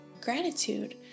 gratitude